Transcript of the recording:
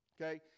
Okay